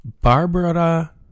Barbara